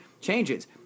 changes